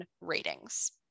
ratings